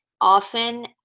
often